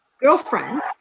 girlfriend